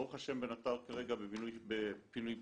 ברוך השם "בן עטר" כרגע בפינוי בינוי.